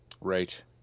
Right